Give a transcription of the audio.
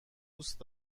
دوست